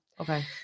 Okay